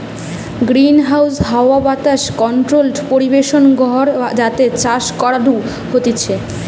greenhouse হাওয়া বাতাস controlled পরিবেশ ঘর যাতে চাষ করাঢু হতিছে